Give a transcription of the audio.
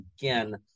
again